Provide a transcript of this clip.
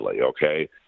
okay